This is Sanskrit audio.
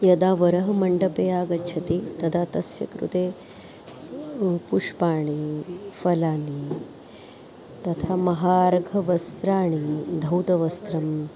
यदा वरः मण्टपे आगच्छति तदा तस्य कृते पुष्पाणि फलानि तथा महार्घवस्त्राणि धौतवस्त्रं